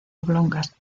oblongas